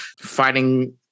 fighting